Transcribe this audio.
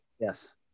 Yes